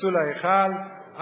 ונכנסו להיכל,